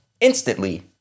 instantly